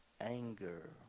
anger